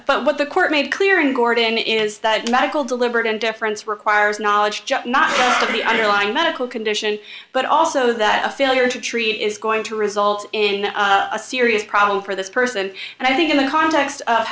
but what the court made clear in gordon is that medical deliberate and deference requires knowledge just not of the underlying medical condition but also that a failure to treat is going to result in a serious problem for this person and i think in the context